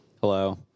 Hello